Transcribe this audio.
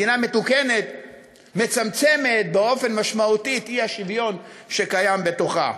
מדינה מתוקנת מצמצמת באופן משמעותי את האי-שוויון שקיים בתוכה.